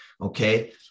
Okay